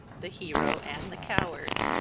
the hero and the coward.